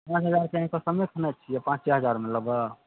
जेना लगै छै कसमे खयने छियै पाँचे हजार मे लेबै